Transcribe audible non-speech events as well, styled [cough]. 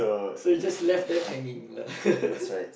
So it just left them hanging lah [laughs]